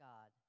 God